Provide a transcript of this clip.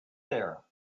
there